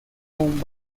con